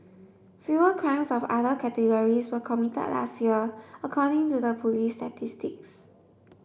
fewer crimes of other categories were committed last year according to the police's statistics